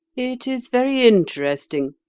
it is very interesting,